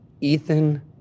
Ethan